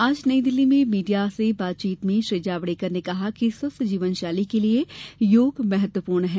आज नई दिल्ली में मीडिया से बातचीत में श्री जावड़ेकर ने कहा कि स्वस्थ जीवन शैली के लिए योग महत्वपूर्ण है